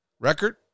Record